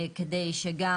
כדי שגם